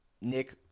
Nick